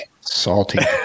Salty